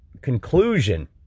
conclusion